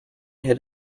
had